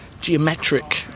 geometric